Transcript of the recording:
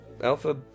Alpha